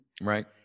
Right